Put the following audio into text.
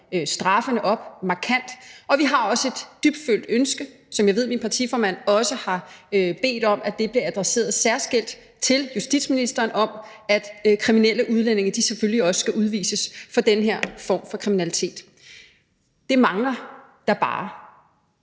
straffen markant op, og vi har også et dybfølt ønske, som jeg ved at min partiformand også har bedt om bliver adresseret særskilt til justitsministeren, om, at kriminelle udlændinge selvfølgelig også skal udvises for den her form for kriminalitet. Det manglede da bare.